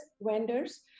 vendors